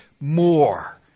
more